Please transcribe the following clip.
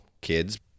kids